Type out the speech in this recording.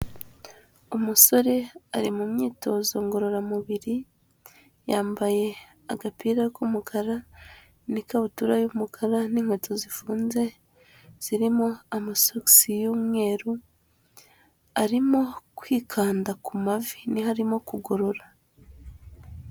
Umusore ari mu myitozo ngororamubiri, yambaye agapira k'umukara n'ikabutura y'umukara n'inkweto zifunze zirimo amasogisi y'umweru, arimo kwikanda ku mavi niho arimo kugorora.